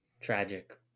Tragic